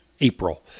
April